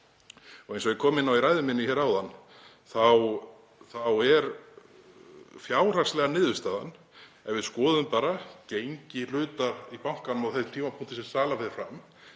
Eins og ég kom inn á í ræðu minni áðan þá er fjárhagslega niðurstaðan, ef við skoðum bara gengi hluta í bankanum á þeim tímapunkti sem sala fer fram